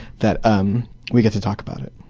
that um we get to talk about it.